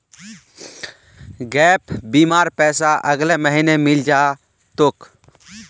gap बीमार पैसा अगले महीने मिले जा तोक